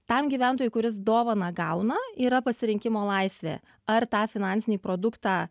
tam gyventojui kuris dovaną gauna yra pasirinkimo laisvė ar tą finansinį produktą